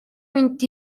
vint